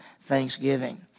thanksgiving